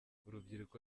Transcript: urubyiruko